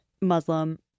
Muslim